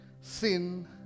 sin